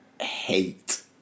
hate